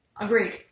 Agreed